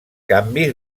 canvis